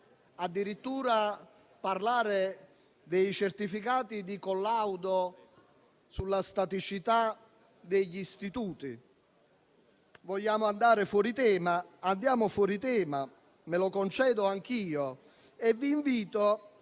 sentito parlare dei certificati di collaudo sulla staticità degli istituti. Se vogliamo andare fuori tema, facciamolo, me lo concedo anch'io e vi invito a